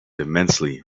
immensely